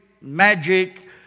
magic